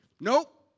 Nope